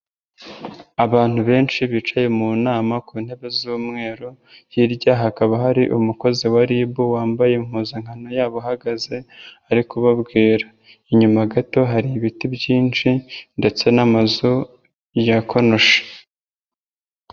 Abantu benshi bicaye mu nama ku ntebe z'umweru hirya hakaba hari umukozi wa RIB wambaye impuzankanana yabo uhagaze ari kubabwira, inyuma gato hari ibiti byinshi ndetse n'amazu ya konoshi.